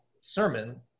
sermon